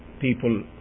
People